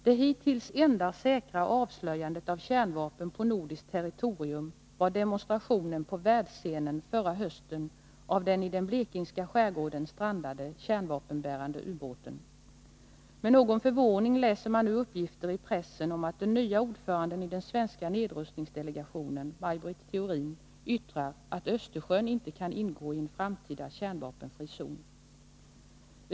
Det hittills enda säkra avslöjandet av kärnvapen på nordiskt territorium var demonstrationen på världsscenen förra hösten av den i den blekingska skärgården strandade kärnvapenbärande ubåten. Med någon förvåning läser man nu uppgifter i pressen om att den nya ordföranden i den svenska nedrustningsdelegationen, Maj Britt Theorin, yttrat att Östersjön inte kan ingå i en framtida kärnvapenfri zon.